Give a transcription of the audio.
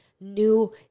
new